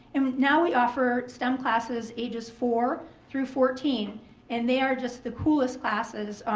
i mean now we offer stem classes ages four through fourteen and they are just the coolest classes,